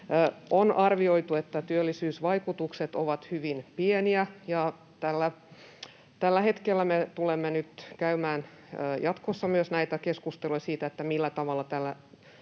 On arvioitu, että työllisyysvaikutukset ovat hyvin pieniä. Tällä hetkellä me tulemme nyt käymään jatkossa keskusteluja siitä, millä tavalla